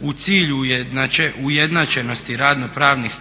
u cilju je ujednačenosti radno-pravnih